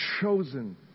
chosen